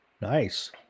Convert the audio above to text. Nice